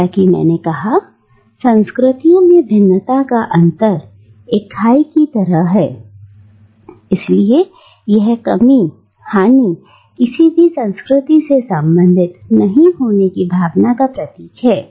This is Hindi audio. जैसा कि मैंने कहा संस्कृतियों में भिन्नता का अंतर एक खाई की तरह है इसलिए यह एक कमी हानि किसी भी संस्कृति से संबंधित नहीं होने की भावना का प्रतीक है